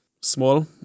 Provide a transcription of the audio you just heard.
small